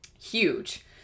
Huge